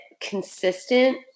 consistent